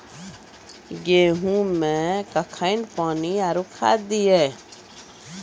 गेहूँ मे कखेन पानी आरु खाद दिये?